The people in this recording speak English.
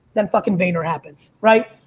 then fucking vayner happens right?